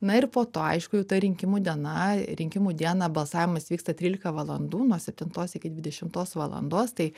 na ir po to aišku jau ta rinkimų diena rinkimų dieną balsavimas vyksta trylika valandų nuo septintos iki dvidešimtos valandos tai